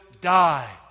die